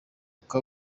uko